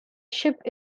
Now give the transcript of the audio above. ship